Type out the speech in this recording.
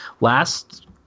last